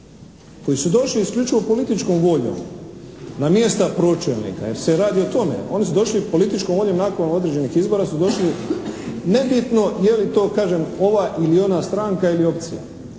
koji su došli isključivo političkom voljom na mjesta pročelnika jer se radi o tome. Oni su došli političkom voljom nakon određenih izbora su došli nebitno je li to, kažem, ova ili ona stranka ili opcija.